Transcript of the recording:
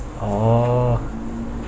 orh